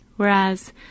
whereas